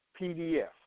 PDF